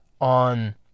on